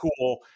cool